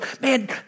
man